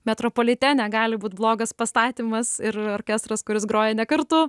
metropolitene gali būt blogas pastatymas ir orkestras kuris groja ne kartu